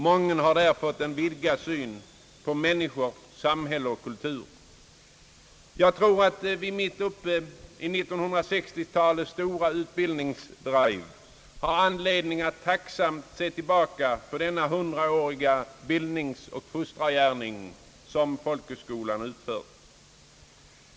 Mången har där fått en vidgad syn på människor, samhälle och kultur. Jag tror att vi mitt uppe i 1960-talets stora utbildningsdrive har anledning att tacksamt se tillbaka på den hundraåriga bildningsoch fostrargärning som folkhögskolan utfört.